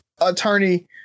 attorney